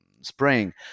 spraying